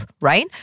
right